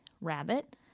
rabbit